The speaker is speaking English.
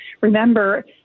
remember